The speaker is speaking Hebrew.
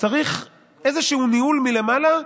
צריך איזשהו ניהול מלמעלה,